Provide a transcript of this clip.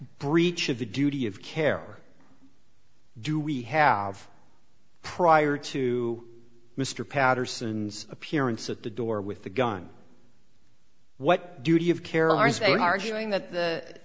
breach of the duty of care do we have prior to mr patterson's appearance at the door with the gun what duty of care are spending arguing that